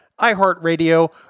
iHeartRadio